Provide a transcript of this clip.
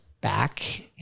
back